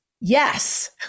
yes